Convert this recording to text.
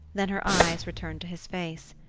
then her eyes returned to his face.